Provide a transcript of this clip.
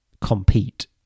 compete